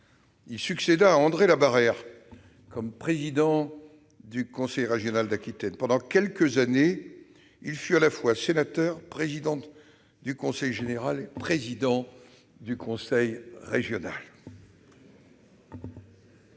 il succéda à André Labarrère comme président du conseil régional d'Aquitaine. Pendant quelques années, il fut à la fois sénateur, président de conseil général et président de conseil régional